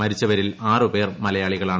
മരിച്ചവരിൽ ആറ് പേർ മലയാളികളാണ്